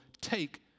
take